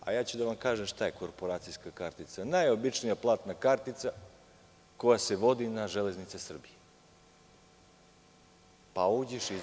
A ja ću da vam kažem šta je korporacijska kartica – najobičnija platna kartica koja se vodi na „Železnice“ Srbije, pa uđeš-izađeš.